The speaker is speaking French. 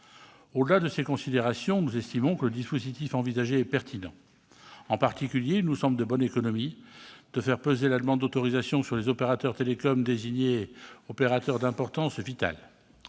Au-delà de ces considérations, nous estimons que le dispositif envisagé est pertinent. En particulier, il nous semble de bonne économie de faire peser la demande d'autorisation sur les opérateurs télécoms désignés comme « opérateurs d'importance vitale